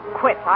quit